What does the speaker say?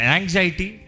Anxiety